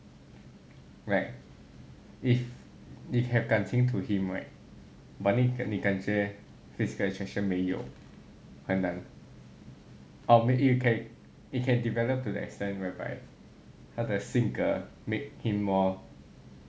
right if 你 have 感情 to him right but 你感觉 physical attraction 没有很难 or maybe you can develop to the extent whereby 他的性格 make him more